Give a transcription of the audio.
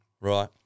Right